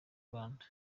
rwanda